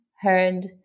heard